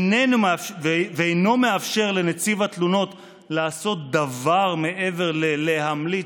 ואינו מאפשר לנציב התלונות לעשות דבר מעבר ל"להמליץ",